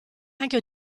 anche